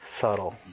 subtle